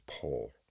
pull